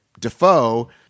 Defoe